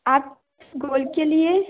आप गोल के लिए